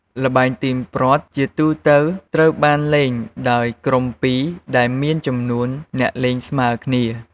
ល្បែងទាញព្រ័ត្រជាទូទៅត្រូវបានលេងដោយក្រុមពីរ ដែលមានចំនួនអ្នកលេងស្មើគ្នា។